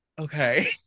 Okay